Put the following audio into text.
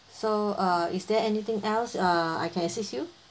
so uh is there anything else uh I can assist you